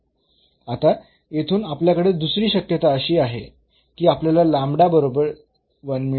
आता येथून आपल्याकडे दुसरी शक्यता अशी आहे की आपल्याला बरोबर 1 मिळते